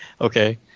Okay